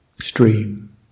stream